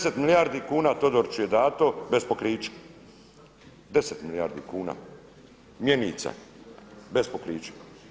10 milijardi kuna Todoriću je dato bez pokrića, 10 milijardi kuna mjenica bez pokrića.